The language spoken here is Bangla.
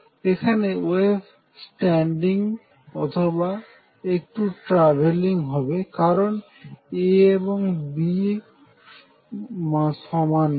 এখানে ওয়েভ স্ট্যান্ডিং অথবা একটু ট্রাভেলিং হবে কারণ A এবং B সমান নয়